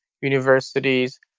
universities